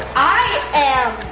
i am,